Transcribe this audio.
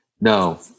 No